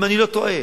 אם אני לא טועה.